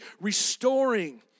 restoring